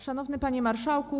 Szanowny Panie Marszałku!